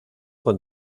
con